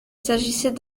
s’agissait